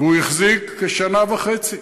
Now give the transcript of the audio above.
והוא החזיק כשנה וחצי,